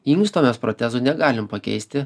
inksto mes protezu negalim pakeisti